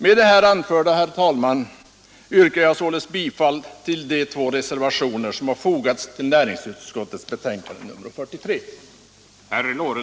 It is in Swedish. Med det anförda, herr talman, yrkar jag bifall till de två reservationer som fogats vid näringsutskottets betänkande nr 43.